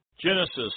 Genesis